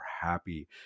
happy